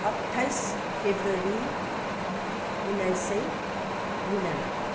अट्ठाइस फेब्रुअरी उन्नाइस सय निनानब्बे